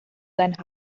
sein